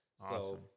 Awesome